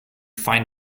find